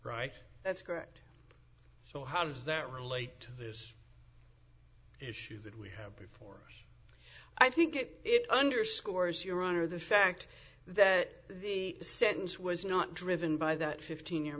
right that's correct so how does that relate to this issue that we have before i think it it underscores your honor the fact that the sentence was not driven by that fifteen year